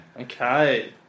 Okay